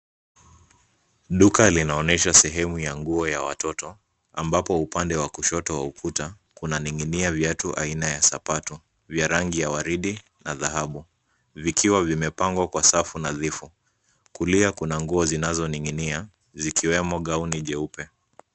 Duka linaonyesha sehemu ya nguo ya watoto ambapo upande wa kushoto wa ukuta kunaning'inia viatu aina ya sapato vya rangi ya waridi na dhahabu, vikiwa vimepangwa kwa safu nadhifu. Kulia kuna nguo zinazoning'inia zikiwemo gauni jeupe.